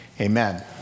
amen